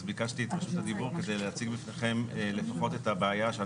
ביקשתי את רשות הדיבור כדי להציג בפניכם לפחות את הבעיה.